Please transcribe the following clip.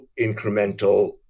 incremental